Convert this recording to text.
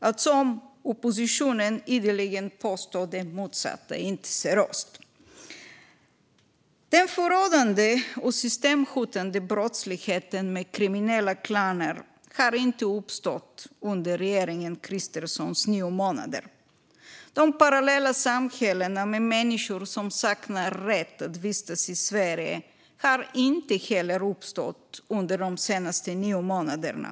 Att som oppositionen ideligen påstå detta är inte seriöst. Den förödande och systemhotande brottsligheten med kriminella klaner har inte uppstått under regeringen Kristerssons nio månader vid makten. De parallella samhällena med människor som saknar rätt att vistas i Sverige har inte heller uppstått under de senaste nio månaderna.